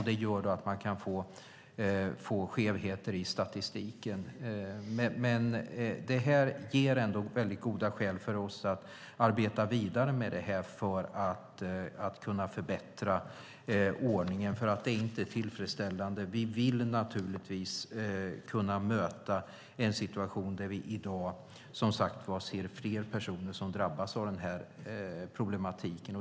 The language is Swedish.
Det gör då att man kan få skevheter i statistiken. Men det här ger ändå väldigt goda skäl för oss att arbeta vidare med det här för att kunna förbättra ordningen, för den är inte tillfredsställande. Vi vill naturligtvis kunna möta en situation där vi i dag, som sagt, ser flera personer som drabbas av den här problematiken.